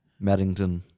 Maddington